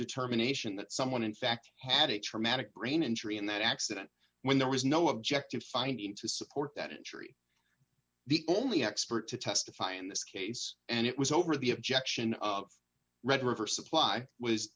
determination that someone in fact had a traumatic brain injury and that accident when there is no objective finding to support that injury the only expert to testify in this case and it was over the objection of red river supply was